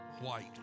White